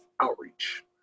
outreach